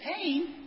pain